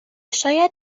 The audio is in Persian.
شاید